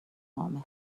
عامه